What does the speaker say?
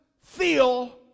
feel